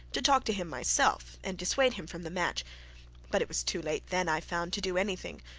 to talk to him myself, and dissuade him from the match but it was too late then, i found, to do any thing,